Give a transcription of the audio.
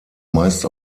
meist